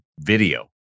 video